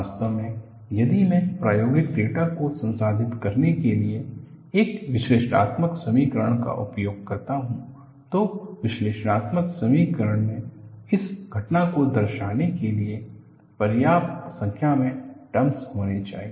वास्तव में यदि मैं प्रायोगिक डेटा को संसाधित करने के लिए एक विश्लेषणात्मक समीकरण का उपयोग करता हूं तो विश्लेषणात्मक समीकरण में इस घटना को दर्शाने के लिए पर्याप्त संख्या में टर्मस होने चाहिए